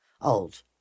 old